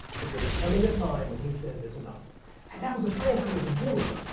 but there is coming a time when he says it's enough and that was the plan from the beginning.